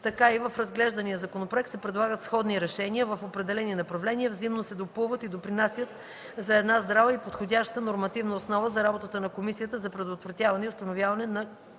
така и в разглеждания законопроект се предлагат сходни решения в определени направления, взаимно се допълват и допринасят за една здрава и подходяща нормативна основа за работата на Комисията за предотвратяване и установяване на